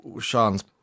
Sean's